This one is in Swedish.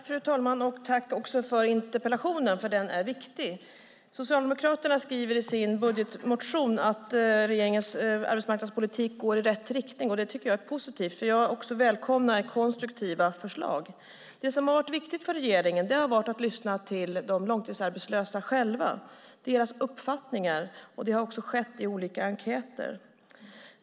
Fru talman! Tack för interpellationen! Den är viktig. Socialdemokraterna skriver i sin budgetmotion att regeringens arbetsmarknadspolitik går i rätt riktning. Det tycker jag är positivt, för jag välkomnar konstruktiva förslag. Det har varit viktigt för regeringen att lyssna till de långtidsarbetslösa själva och deras uppfattningar. Det har skett i olika enkäter.